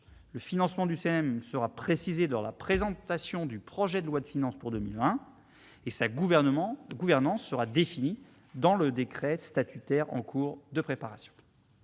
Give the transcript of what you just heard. le financement du CNM sera précisé lors de la présentation du projet de loi de finances pour 2020 et sa gouvernance sera définie dans le décret statutaire en cours de préparation.